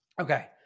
okay